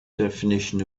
definition